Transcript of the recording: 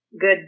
good